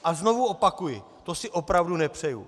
A znovu opakuji, to si opravdu nepřeju.